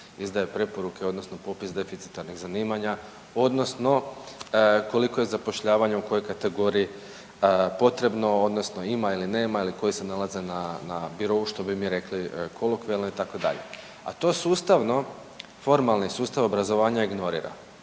izdaje preporuke odnosno popis deficitarnih zanimanja odnosno koliko je zapošljavanje u kojoj kategoriji potrebno odnosno ima i li nema ili koji se nalaze na birou što bi mi rekli kolokvijalno itd., a to sustavno, formalni sustav obrazovanja ignorira,